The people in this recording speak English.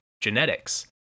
genetics